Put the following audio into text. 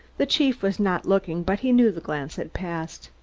the chief was not looking, but he knew the glance had passed.